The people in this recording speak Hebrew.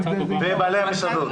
ובעלי המסעדות.